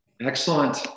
Excellent